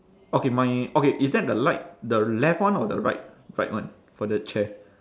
okay my okay is that the light the left one or the right right one for the chair